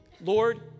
Lord